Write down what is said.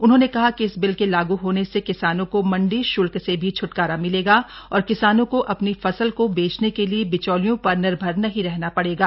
उन्होंने कहा कि इस बिल के लागू होने से किसानों को मंडी श्ल्क से भी छ्टकारा मिलेगा और किसानों को अपनी फसल को बेचने के लिए बिचैलियों पर निर्भर नहीं रहना पड़ेगा